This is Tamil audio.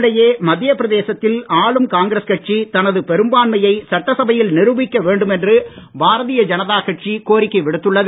இதனிடையே மத்திய பிரதேசத்தில் ஆளும் காங்கிரஸ் கட்சி தனது பெரும்பான்மையை சட்டசபையில் நிருபிக்க வேண்டும் என்று பாரதீய ஜனதா கட்சி கோரிக்கை விடுத்துள்ளது